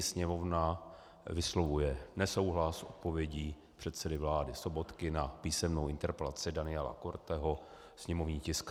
Sněmovna vyslovuje nesouhlas s odpovědí předsedy vlády Sobotky na písemnou interpelaci Daniela Korteho, sněmovní tisk 778.